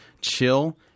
chill